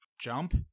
jump